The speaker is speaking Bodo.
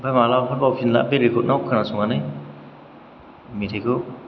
दा मालाबाफोर बावफिनबा बे रेकर्डआव खोनासंनानै मेथाइखौ